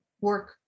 work